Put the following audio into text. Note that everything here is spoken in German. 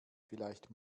vielleicht